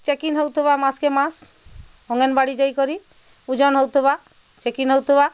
check in ହେଉଥିବା ମାସକେ ମାସ୍ ଅଙ୍ଗନବାଡ଼ି ଯାଇକରି ଓଜନ ହଉଥିବା ଚେକ୍ ଇନ୍ ହଉଥିବା